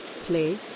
play